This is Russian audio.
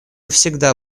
всегда